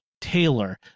Taylor